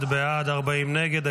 31 בעד, 40 נגד.